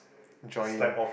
join